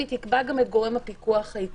היא תקבע גם את גורם הפיקוח העיקרי.